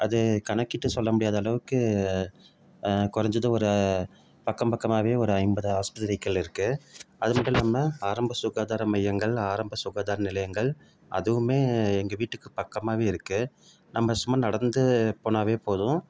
அது கணக்கிட்டு சொல்ல முடியாத அளவுக்கு குறைஞ்சது ஒரு பக்கம் பக்கமாகவே ஒரு ஐம்பது ஆஸ்பத்திரிகள் இருக்குது அது மட்டும் இல்லாமல் ஆரம்ப சுகாதார மையங்கள் ஆரம்ப சுகாதார நிலையங்கள் அதுவுமே எங்கள் வீட்டுக்கு பக்கமாகவே இருக்குது நம்ம சும்மா நடந்து போனாவே போதும்